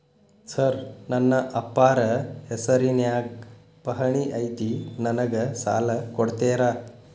Sir ನನ್ನ ಅಪ್ಪಾರ ಹೆಸರಿನ್ಯಾಗ್ ಪಹಣಿ ಐತಿ ನನಗ ಸಾಲ ಕೊಡ್ತೇರಾ?